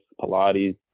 Pilates